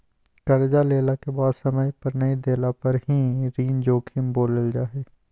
कर्जा लेला के बाद समय पर नय देला पर ही ऋण जोखिम बोलल जा हइ